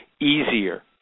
easier